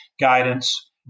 guidance